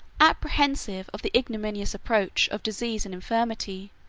apprehensive of the ignominious approach of disease and infirmity,